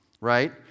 Right